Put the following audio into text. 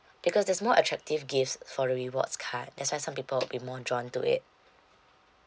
because there's more attractive gifts for rewards card that's why some people would be more drawn to it